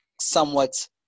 somewhat